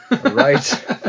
Right